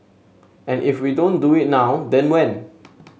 and if we don't do it now then when